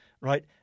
right